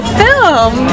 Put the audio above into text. film